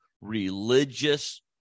religious